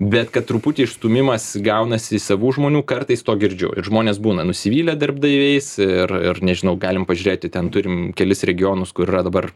bet kad truputį išstūmimas gaunasi savų žmonių kartais to girdžiu ir žmonės būna nusivylę darbdaviais ir ir nežinau galim pažiūrėti ten turim kelis regionus kur yra dabar